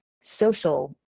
social